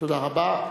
תודה רבה.